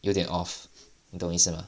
有点 off 你懂意思吗